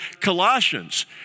Colossians